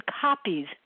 copies